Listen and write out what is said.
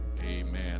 Amen